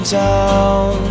down